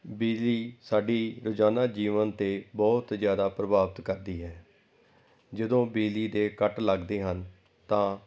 ਬਿਜਲੀ ਸਾਡੀ ਰੋਜ਼ਾਨਾ ਜੀਵਨ 'ਤੇ ਬਹੁਤ ਜ਼ਿਆਦਾ ਪ੍ਰਭਾਵਿਤ ਕਰਦੀ ਹੈ ਜਦੋਂ ਬਿਜਲੀ ਦੇ ਕੱਟ ਲੱਗਦੇ ਹਨ ਤਾਂ